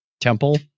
temple